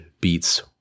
beats